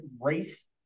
race